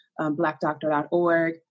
BlackDoctor.org